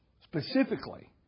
specifically